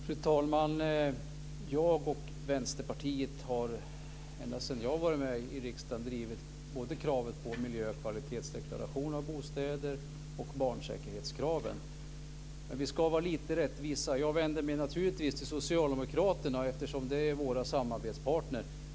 Fru talman! Jag och Vänsterpartiet har sedan jag kom in i riksdagen drivit både kravet på miljö och kvalitetsdeklaration av bostäder och barnsäkerhetskraven. Vi ska vara lite rättvisa. Jag vänder mig naturligtvis till socialdemokraterna eftersom de är vår samarbetspartner.